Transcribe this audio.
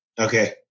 Okay